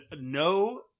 no